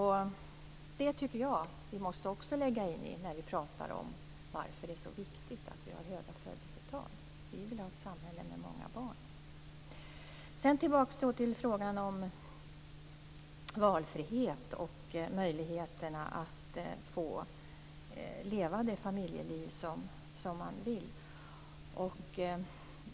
Det tycker jag att vi måste lägga in när vi pratar om varför det är så viktigt att ha höga födelsetal. Vi vill ha ett samhälle med många barn. Sedan skall jag gå över till frågan om valfrihet och möjligheterna att leva det familjeliv som man vill.